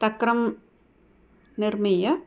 तक्रं निर्मीय